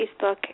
Facebook